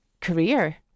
career